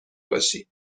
باشی